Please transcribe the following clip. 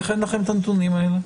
איך אין לכם את הנתונים האלה?